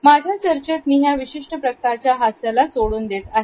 माझ्या चर्चेत मि ह्या विशिष्ट प्रकारच्या हास्याला सोडून देत आहे